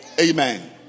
Amen